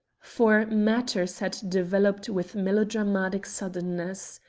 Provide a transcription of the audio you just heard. for matters had developed with melodramatic suddenness.